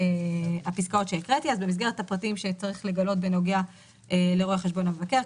הפסקאות שקראתי אז במסגרת הפרטים שצריך לגלות בנוגע לרואה חשבון מבקר,